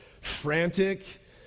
Frantic